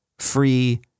free